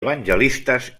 evangelistes